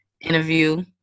interview